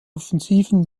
offensiven